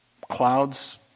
clouds